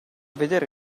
vedere